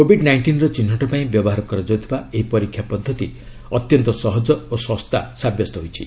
covid ନାଇଷ୍ଟିନର ଚିହ୍ନଟ ପାଇଁ ବ୍ୟବହାର କରାଯାଉଥିବା ଏହି ପରୀକ୍ଷା ପଦ୍ଧତି ଅତ୍ୟନ୍ତ ସହଜ ଓ ଶସ୍ତା ସାବ୍ୟସ୍ତ ହୋଇଛି